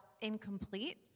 incomplete